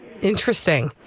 Interesting